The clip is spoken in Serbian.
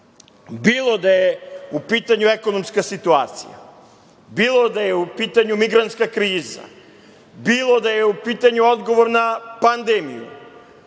bilo da je u pitanju ekonomska situacija, bilo da je u pitanju migrantska kriza, bilo da je u pitanju odgovor na pandemiju. Svaki